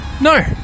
No